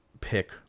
pick